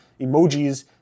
emojis